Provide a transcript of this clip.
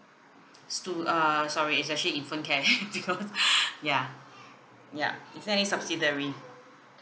stu~ err sorry it's actually infant care because ya ya is there any subsidiary